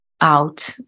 out